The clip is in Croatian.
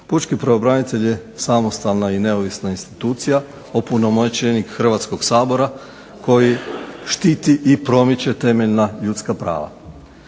Pučki pravobranitelj je samostalna i neovisna institucija opunomoćenih Hrvatskog sabora koji štiti i promiče temeljna ljudska prava.